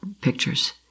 pictures